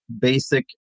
basic